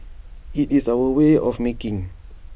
IT is our way of making